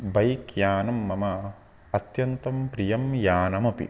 bike यानं मम अत्यन्तं प्रियं यानमपि